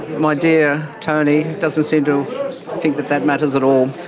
my dear tony doesn't seem to think that that matters at all.